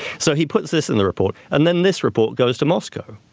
so he puts this in the report and then this report goes to moscow.